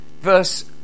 Verse